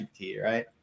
right